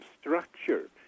structure